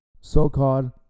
so-called